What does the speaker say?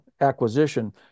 acquisition